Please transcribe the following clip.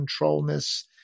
controlness